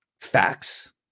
facts